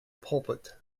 pulpit